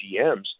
GMs